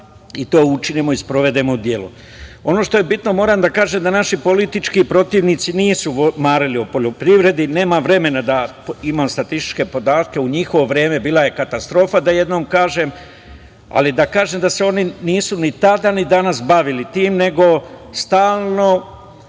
i da učinimo i sprovedemo u delo. Ono što je bitno moram da kažem, da naši politički protivnici nisu marili o poljoprivredi, nemam vremena, imam statističke podatke, u njihovo vreme bila je katastrofa, da jednom kažem, ali da kažem da se oni nisu ni tada, ni danas bavili tim, nego stalno,